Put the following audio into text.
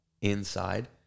inside